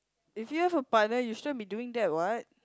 if you have a partner you shouldn't be doing that what